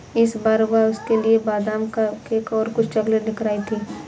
इस बार वह उसके लिए बादाम का केक और कुछ चॉकलेट लेकर आई थी